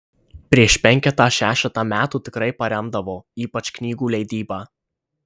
prieš penketą šešetą metų tikrai paremdavo ypač knygų leidybą